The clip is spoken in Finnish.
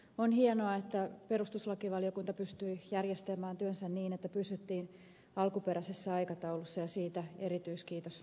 on hienoa että perustuslakivaliokunta pystyi järjestämään työnsä niin että pysyttiin alkuperäisessä aikataulussa ja siitä erityiskiitos perustuslakivaliokunnalle